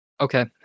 okay